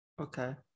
Okay